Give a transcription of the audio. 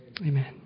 Amen